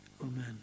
Amen